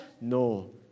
No